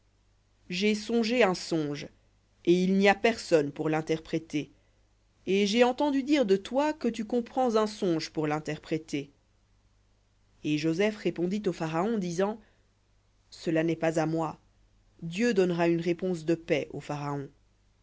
j'ai songé un songe et il n'y a personne pour l'interpréter et j'ai entendu dire de toi que tu comprends un songe pour linterpréter et joseph répondit au pharaon disant cela n'est pas à moi dieu donnera une réponse de paix au pharaon